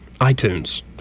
iTunes